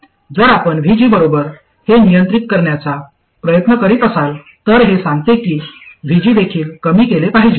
जर आपण VG बरोबर हे नियंत्रित करण्याचा प्रयत्न करीत असाल तर हे सांगते की VG देखील कमी केले पाहिजे